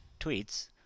tweets